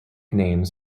names